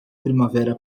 primavera